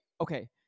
okay